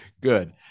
Good